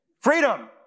Freedom